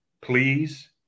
please